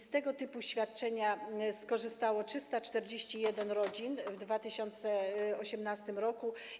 Z tego typu świadczeń skorzystało 341 rodzin w 2018 r.